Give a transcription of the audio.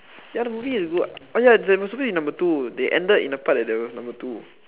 ya the movie is good [what] oh ya there was supposed to be number two they ended in the part that there was number two